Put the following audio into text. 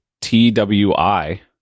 twi